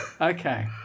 okay